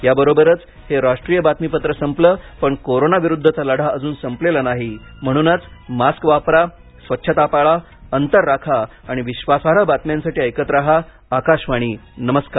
याबरोबरच हे राष्ट्रीय बातमीपत्र संपलं पण कोरोना विरुद्धचा लढा अजून संपलेला नाही म्हणूनच मास्क वापरा स्वच्छता पाळा अंतर राखा आणि विश्वासार्ह बातम्यांसाठी ऐकत रहा आकाशवाणी नमस्कार